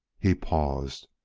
he paused.